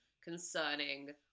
concerning